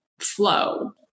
flow